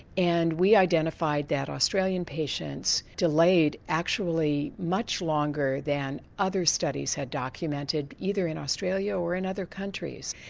and we identified that australian patients delayed actually much longer than other studies had documented either in australia or in other countries.